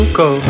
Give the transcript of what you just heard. go